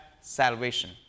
salvation